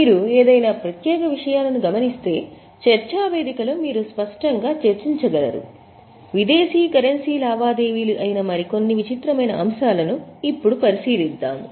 మీరు ఏదైనా ప్రత్యేకమైన విషయాలను గమనిస్తే చర్చా వేదికలో మీరు స్పష్టంగా చర్చించగలరు విదేశీ కరెన్సీ లావాదేవీలు అయిన మరికొన్ని విచిత్రమైన అంశాలను ఇప్పుడు పరిశీలిద్దాము